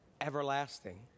Everlasting